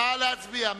נא להצביע.